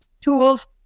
tools